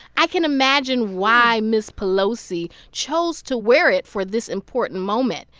i can imagine why ms. pelosi chose to wear it for this important moment.